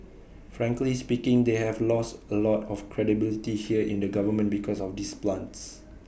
frankly speaking they have lost A lot of credibility here in the government because of these plants